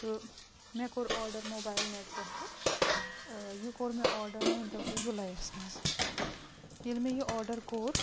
تہٕ مےٚ کوٚر آرڈَر موبایِل نٮ۪ٹ پٮ۪ٹھٕ یہِ کوٚر مےٚ آرڈَر مٲنۍتو تُہۍ جُلَیَس منٛز ییٚلہِ مےٚ یہِ آرڈَر کوٚر